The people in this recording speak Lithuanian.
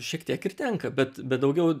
šiek tiek ir tenka bet bet daugiau